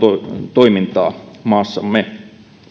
toimintaa maassamme